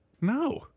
No